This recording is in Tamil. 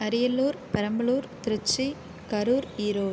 அரியலூர் பெரம்பலூர் திருச்சி கரூர் ஈரோடு